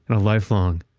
and a lifelong,